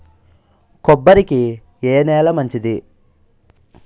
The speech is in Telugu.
కొబ్బరి కి ఏ నేల మంచిది?